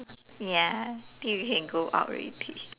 ya think we can go out already